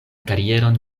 karieron